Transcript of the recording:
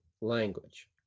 language